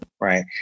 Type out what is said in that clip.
Right